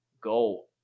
go